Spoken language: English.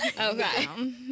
Okay